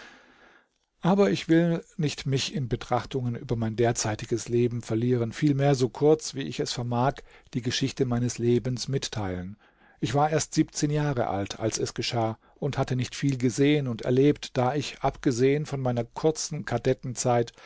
aber ich will nicht mich in betrachtungen über mein derzeitiges leben verlieren vielmehr so kurz wie ich es vermag die geschichte meines lebens mitteilen ich war erst siebzehn jahre alt als es geschah und hatte nicht viel gesehen und erlebt da ich abgesehen von meiner kurzen